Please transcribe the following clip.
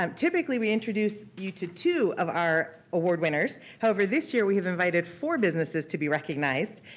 um typically we introduce you to two of our award winners, however, this year we have invited four businesses to be recognized.